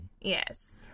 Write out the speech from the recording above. Yes